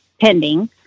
pending